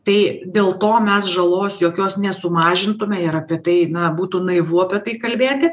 tai dėl to mes žalos jokios nesumažintume ir apie tai na būtų naivu apie tai kalbėti